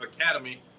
academy